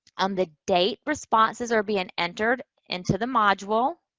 on the date responses are being entered into the module,